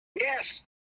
Yes